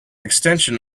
extension